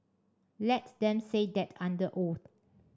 let them say that under oath